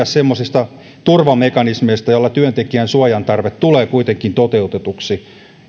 semmoisista turvamekanismeista joilla työntekijän suojan tarve tulee kuitenkin toteutetuksi